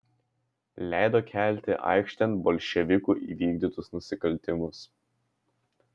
leido kelti aikštėn bolševikų įvykdytus nusikaltimus